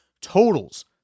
totals